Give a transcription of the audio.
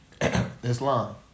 Islam